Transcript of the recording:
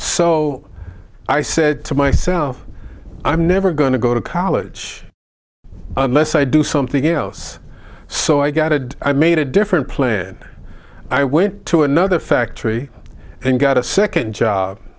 so i said to myself i'm never going to go to college unless i do something else so i got to i made a different plan i went to another factory and got a second job